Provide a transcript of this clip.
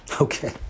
Okay